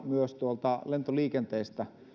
myös kielikuvia tuolta lentoliikenteestä